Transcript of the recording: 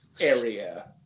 area